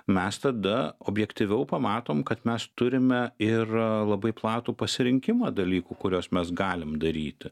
mes tada objektyviau pamatom kad mes turim ir labai platų pasirinkimą dalykų kuriuos mes galim daryti